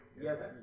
Yes